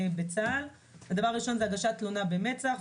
בצה"ל: הדבר הראשון זה הגשת תלונה במצ"ח.